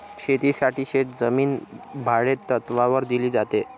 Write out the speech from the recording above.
शेतीसाठी शेतजमीन भाडेतत्त्वावर दिली जाते